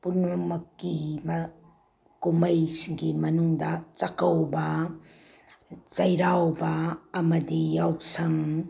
ꯄꯨꯝꯅꯃꯛꯀꯤ ꯀꯨꯝꯍꯩꯁꯤꯡꯒꯤ ꯃꯅꯨꯡꯗ ꯆꯥꯛꯀꯧꯕ ꯆꯩꯔꯥꯎꯕ ꯑꯃꯗꯤ ꯌꯥꯎꯁꯪ